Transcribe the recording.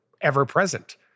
ever-present